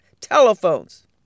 telephones